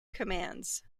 commands